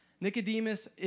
Nicodemus